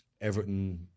Everton